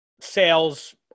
sales